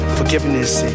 forgiveness